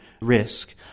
risk